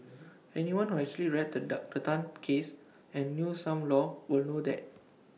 anyone who actually read the Dan Tan case and knew some law will know that